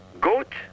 goat